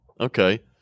okay